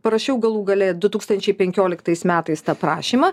parašiau galų gale du tūkstančiai penkioliktais metais tą prašymą